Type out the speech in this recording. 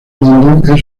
london